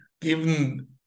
Given